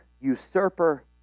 usurper